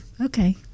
Okay